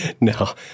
No